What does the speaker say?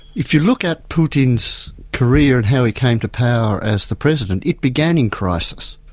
if you look at putin's career and how he came to power as the president, it began in crisis,